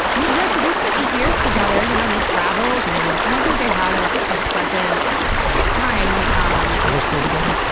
so yeah, so they spent eight years together you know and they travelled, and and i think they had a ah pleasant time pg um are they still together?